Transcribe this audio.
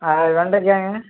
ஆ வெண்டக்காய்ங்க